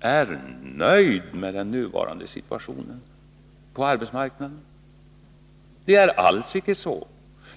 är nöjd med den nuvarande situationen på arbetsmarknaden.